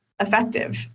effective